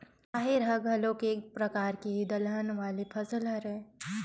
राहेर ह घलोक एक परकार के दलहन वाले फसल हरय